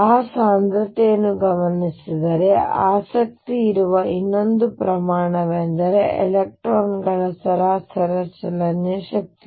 ಆ ಸಾಂದ್ರತೆಯನ್ನು ಗಮನಿಸಿದರೆ ಆಸಕ್ತಿಯಿರುವ ಇನ್ನೊಂದು ಪ್ರಮಾಣವೆಂದರೆ ಎಲೆಕ್ಟ್ರಾನ್ ಗಳ ಸರಾಸರಿ ಚಲನ ಶಕ್ತಿ